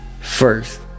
first